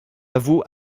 avoue